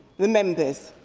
the members.